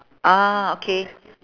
ah okay